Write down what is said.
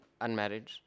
unmarried